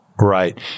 Right